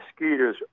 mosquitoes